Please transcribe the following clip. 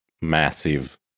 massive